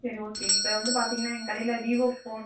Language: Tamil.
சரி ஓகே இப்போ வந்து பார்த்தீங்கன்னா எங்கள் கடையில் வீவோ ஃபோன்